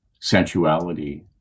sensuality